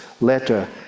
letter